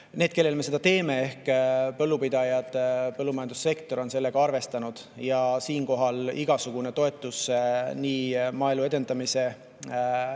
need, kellele me seda teeme, ehk põllupidajad, põllumajandussektor on sellega arvestanud. Siinkohal on igasugune toetus nii Maaelu Edendamise